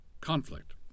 conflict